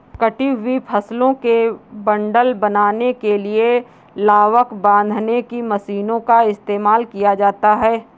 कटी हुई फसलों के बंडल बनाने के लिए लावक बांधने की मशीनों का इस्तेमाल किया जाता है